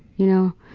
you know?